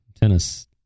tennis